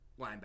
linebacker